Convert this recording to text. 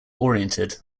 oriented